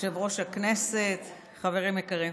יושב-ראש הכנסת, חברים יקרים,